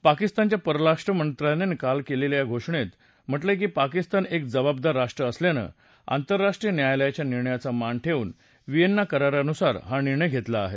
पाकिस्तानच्या परराष्ट्रमंत्रालयानं काल रात्री केलेल्या या घोषणेत म्हटलंय की पाकिस्तान एक जबाबदार राष्ट्र असल्यानं आंतरराष्ट्रीय न्यायालयाच्या निर्णयाचा मान ठेवून व्हिएन्ना करारानुसार हा निर्णय घेतला आहे